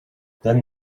then